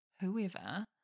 whoever